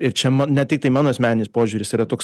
ir čia man ne tiktai mano asmeninis požiūris yra toks